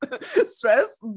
stress